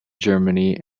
germany